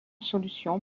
solution